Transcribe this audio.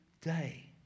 day